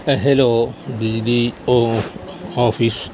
hello بجلی او office